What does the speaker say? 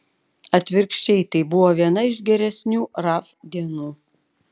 atvirkščiai tai buvo viena iš geresnių raf dienų